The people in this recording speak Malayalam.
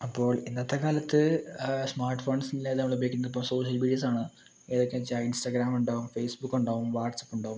അപ്പോൾ ഇന്നത്തെ കാലത്ത് സ്മാർട്ട് ഫോൺസിൽ ഏതാണ് നമ്മൾ ഉപയോഗിക്കുന്നത് ഇപ്പം സോഷ്യൽ മീഡിയാസ് ആണ് ഏതൊക്കെയാണെന്ന് വെച്ചാൽ ഇൻസ്റ്റഗ്രാം ഉണ്ടാവും ഫേസ്ബുക്ക് ഉണ്ടാവും വാട്ട്സ്ആപ്പ് ഉണ്ടാവും